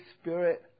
Spirit